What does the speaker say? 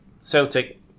Celtic